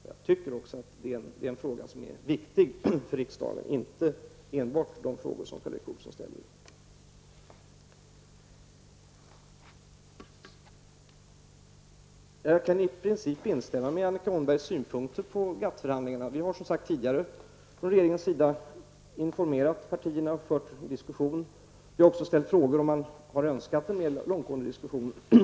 Jag tycker också att det är en fråga som är viktig för riksdagen. Det är inte bara de frågor som Karl Erik Olsson ställer som är viktiga. Jag kan i princip instämma i Annika Åhnbergs synpunkter på GATT-förhandlingarna. Vi har som sagt tidigare från regeringens sida informerat partierna och fört en diskussion. Vi har också ställt frågor, och man har önskat en långtgående diskussion.